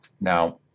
Now